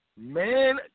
Man